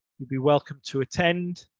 you'd be welcome to attend.